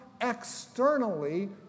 externally